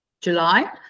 July